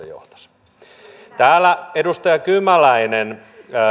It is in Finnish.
johtaisi kun täällä edustaja kymäläinen